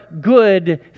good